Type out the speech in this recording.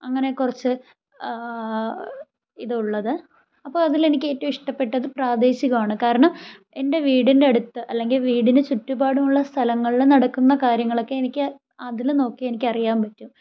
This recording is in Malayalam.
അങ്ങനെ കുറച്ച് ഇതുള്ളത് അപ്പോൾ അതിലെനിക്ക് ഏറ്റവും ഇഷ്ടപ്പെട്ടത് പ്രദേശികമാണ് കാരണം എൻ്റെ വീടിൻ്റെ അടുത്ത് അല്ലെങ്കിൽ വീടിന് ചുറ്റുപാടുമുള്ള സ്ഥലങ്ങളിൽ നടക്കുന്ന കാര്യങ്ങളൊക്കെ എനിക്ക് അതിൽ നോക്കിയാൽ എനിക്ക് അറിയാൻ പറ്റും